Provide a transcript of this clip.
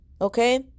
Okay